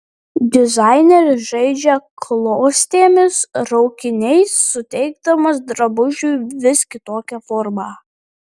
dizaineris žaidžia klostėmis raukiniais suteikdamas drabužiui vis kitokią formą